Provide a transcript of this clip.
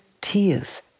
tears